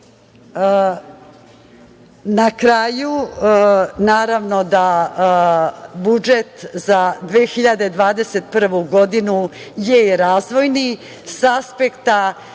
kraju, naravno da budžet za 2021. godinu je i razvojni sa aspekta,